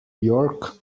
york